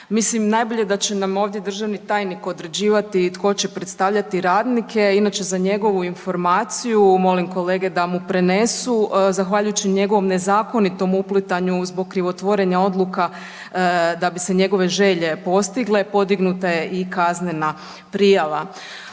najbolje da će nam ovdje državni tajnik određivati tko će predstavljati radnike. Inače, za njegovu informaciju, molim kolege da mu prenesu, zahvaljujući njegovom nezakonitom uplitanju zbog krivotvorenja odluka da bi se njegove želje postigle, podignuta je i kaznena prijava.